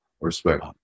Respect